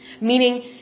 meaning